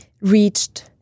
reached